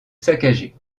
saccagé